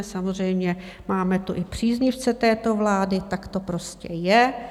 Samozřejmě máme tu i příznivce této vlády, tak to prostě je.